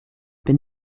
been